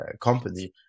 company